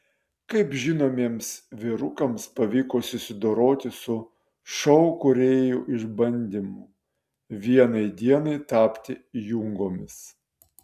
kaip žinomiems vyrukams pavyko susidoroti su šou kūrėjų išbandymu vienai dienai tapti jungomis